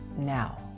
now